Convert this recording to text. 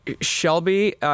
Shelby